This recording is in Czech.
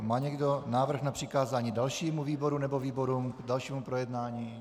Má někdo návrh na přikázání dalšímu výboru nebo výborům k dalšímu projednání?